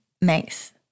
makes